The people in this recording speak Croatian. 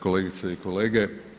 Kolegice i kolege.